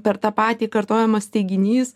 per tą patį kartojamas teiginys